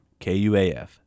KUAF